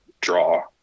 draw